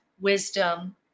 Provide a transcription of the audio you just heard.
wisdom